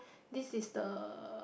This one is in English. this is the